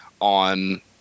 on